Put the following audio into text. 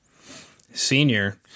senior